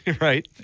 Right